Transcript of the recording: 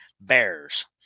bears